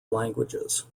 languages